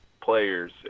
players